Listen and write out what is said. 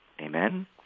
Amen